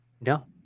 No